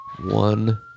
One